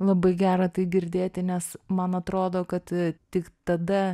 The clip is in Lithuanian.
labai gera tai girdėti nes man atrodo kad tik tada